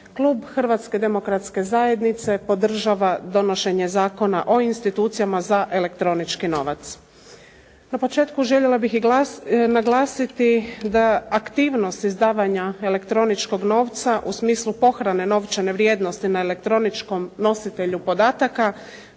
Klub Hrvatske demokratske zajednice podržava donošenje Zakona o institucijama za elektronički novac. Na početku željela bih naglasiti da aktivnost izdavanja elektroničkog novca u smislu pohrane novčane vrijednosti na elektroničkom nositelju podataka